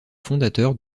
fondateur